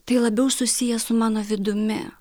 tai labiau susiję su mano vidumi